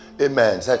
Amen